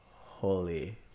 holy